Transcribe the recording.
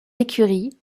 écuries